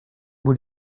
bout